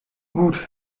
gut